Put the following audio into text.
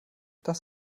das